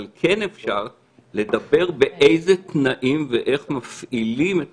אבל כן אפשר לדבר באיזה תנאים ואיך מפעילים את